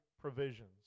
provisions